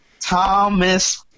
Thomas